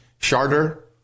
Charter